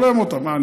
בולם אותם: מה,